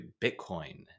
Bitcoin